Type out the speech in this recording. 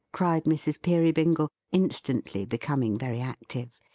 cried mrs. peerybingle, instantly becoming very active.